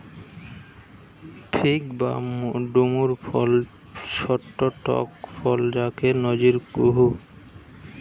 fig বা ডুমুর ফল ছট্ট টক ফল যাকে নজির কুহু